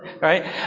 Right